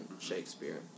Shakespeare